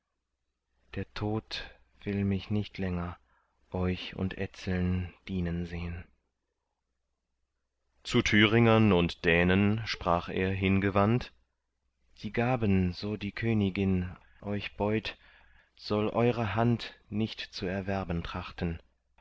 der tod will mich nicht länger euch und etzeln dienen sehn zu thüringern und dänen sprach er hingewandt die gaben so die königin euch beut soll eure hand nicht zu erwerben trachten